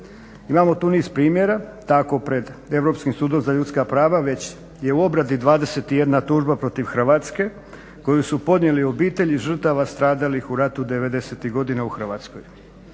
Imamo tu niz primjera. Tako pred Europskim sudom za ljudska prava već je u obradi 21 tužba protiv Hrvatske koju su podnijeli obitelji žrtava stradalih u ratu '90.-tih godina u Hrvatskoj.